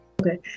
Okay